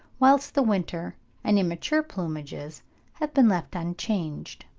whilst the winter and immature plumages have been left unchanged.